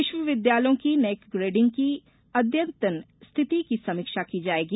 विश्वविदयालयों की NAAC grading की अद्यतन स्थिति की समीक्षा की जायेगी